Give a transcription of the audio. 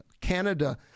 Canada